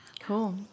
Cool